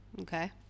Okay